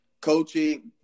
coaching